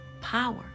power